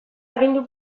agindu